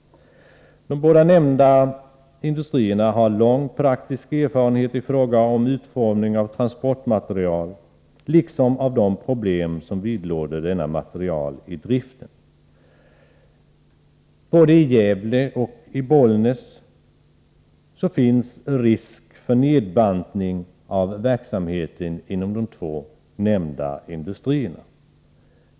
De båda nämnda industrierna har lång praktisk erfarenhet i fråga om utformning av transportmaterial liksom av de problem som vidlåder denna material i driften. Både i Bollnäs och i Gävle finns risk för nedbantning av verksamheten inom de två nämnda industrierna.